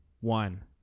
one